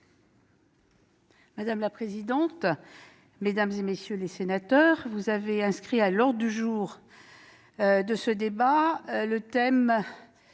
Madame la présidente, mesdames, messieurs les sénateurs, vous avez inscrit à l'ordre du jour de vos travaux ce